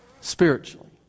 spiritually